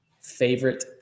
favorite